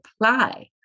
apply